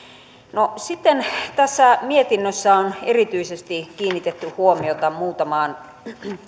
no sitten tässä mietinnössä on erityisesti kiinnitetty huomiota muutamaan